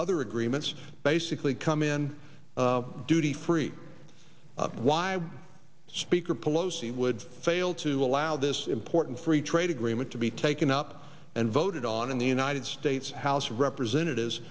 other agreements basically come in duty free why speaker pelosi would fail to allow this important free trade agreement to be taken up and voted on in the united states house of representatives